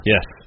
Yes